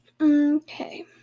Okay